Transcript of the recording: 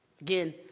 Again